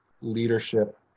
leadership